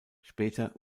später